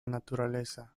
naturaleza